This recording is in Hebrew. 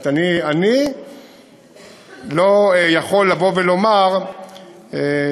אני לא יכול לומר שאני